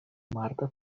marta